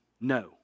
No